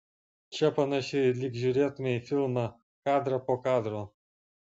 čia panašiai lyg žiūrėtumei filmą kadrą po kadro